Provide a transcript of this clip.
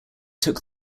took